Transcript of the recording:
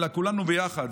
אלא כולנו ביחד,